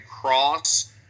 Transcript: Cross